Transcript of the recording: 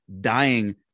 dying